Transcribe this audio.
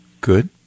good